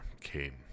came